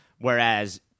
whereas